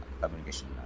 Communication